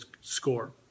score